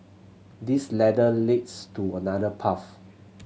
this ladder leads to another path